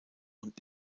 und